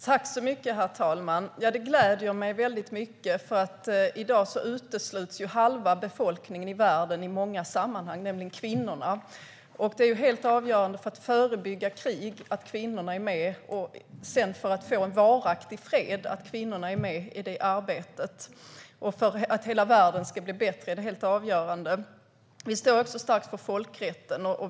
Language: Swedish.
Herr talman! Det gläder mig mycket, för i dag utesluts halva befolkningen i världen, nämligen kvinnorna, i många sammanhang. Det är helt avgörande för att förebygga krig och få en varaktig fred att kvinnorna är med i arbetet. Det är helt avgörande för att hela världen ska bli bättre. Vi står upp starkt för folkrätten.